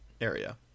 area